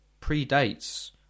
predates